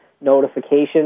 notification